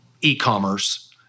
e-commerce